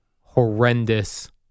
horrendous